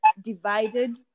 divided